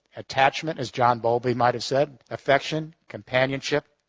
attachment as john bowlby might have said, affection, companionship,